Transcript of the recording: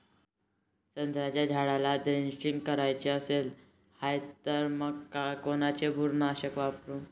संत्र्याच्या झाडाला द्रेंचींग करायची हाये तर मग कोनच बुरशीनाशक घेऊ?